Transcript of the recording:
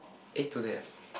eh to death